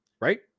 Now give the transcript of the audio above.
Right